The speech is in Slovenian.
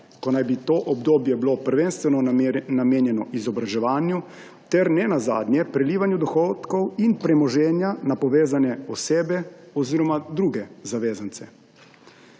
ko naj bi to obdobje bilo prvenstveno namenjeno izobraževanju, ter nenazadnje prelivanju dohodkov in premoženja na povezane osebe oziroma druge zavezance.